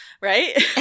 right